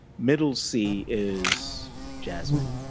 middle c is jasmine.